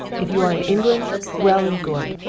if you are in england, well and good.